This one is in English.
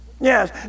Yes